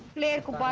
lyrical